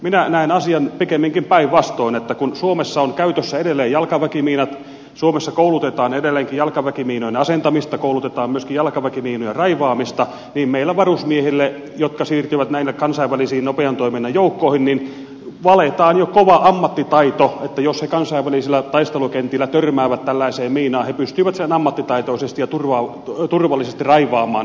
minä näen asian pikemminkin päinvastoin että kun suomessa on käytössä edelleen jalkaväkimiinat suomessa koulutetaan edelleenkin jalkaväkimiinojen asentamista koulutetaan myöskin jalkaväkimiinojen raivaamista niin meillä varusmiehille jotka siirtyvät näihin kansainvälisiin nopean toiminnan joukkoihin valetaan jo kova ammattitaito että jos he kansainvälisillä taistelukentillä törmäävät tällaiseen miinaan he pystyvät sen ammattitaitoisesti ja turvallisesti raivaamaan